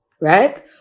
right